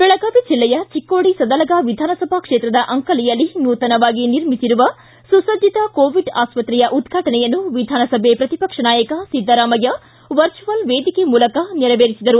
ಬೆಳಗಾವಿ ಜಿಲ್ಲೆಯ ಚಿಕ್ಕೋಡಿ ಸದಲಗಾ ವಿಧಾನಸಭಾ ಕ್ಷೇತ್ರದ ಅಂಕಲಿಯಲ್ಲಿ ನೂತನವಾಗಿ ನಿರ್ಮಿಸಿರುವ ಸುಸಜ್ಜಿತ ಕೋವಿಡ್ ಆಸ್ಪತ್ರೆಯ ಉದ್ಘಾಟನೆಯನ್ನು ವಿಧಾನಸಭೆ ಪ್ರತಿಪಕ್ಷ ನಾಯಕ ಸಿದ್ದರಾಮಯ್ಯ ವರ್ಚುವಲ್ ವೇದಿಕೆ ಮೂಲಕ ನೆರವೇರಿಸಿದರು